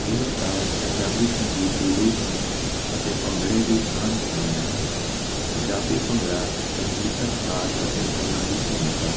ਇਹ ਸਾਜ਼ ਪੰਜਾਬੀ ਸੰਗੀਤ ਦੀ ਰੂਹ ਹਨ ਅਤੇ ਭੰਗੜੇ ਦੀ ਸ਼ਾਨ ਵਧਾਉਂਦੇ ਹਨ ਪੰਜਾਬੀ ਭੰਗੜਾ ਸੰਗੀਤਕ ਸਾਜ਼ ਅਤੇ ਉਹਨਾਂ ਦੀ ਭੂਮਿਕਾ